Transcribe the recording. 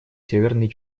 северной